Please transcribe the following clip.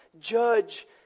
judge